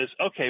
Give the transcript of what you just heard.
okay